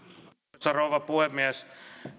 arvoisa rouva puhemies